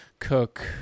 cook